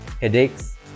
headaches